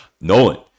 Nolan